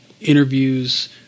interviews